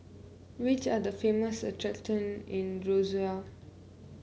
which are the famous attraction in Roseau